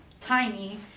tiny